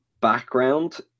background